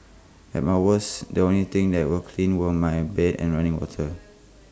at my worst the only things that were clean were my bed and running water